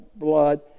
blood